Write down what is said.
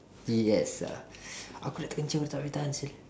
yes ah aku nak terkencing dah tak boleh tahan [sial]